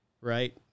right